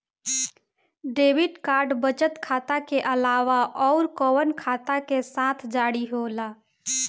Debit card बचत खाता के अलावा अउरकवन खाता के साथ जारी होला?